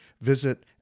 Visit